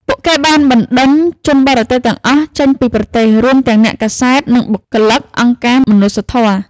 ពួកគេបានបណ្ដេញជនបរទេសទាំងអស់ចេញពីប្រទេស រួមទាំងអ្នកកាសែត និងបុគ្គលិកអង្គការមនុស្សធម៌។